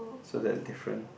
so they are different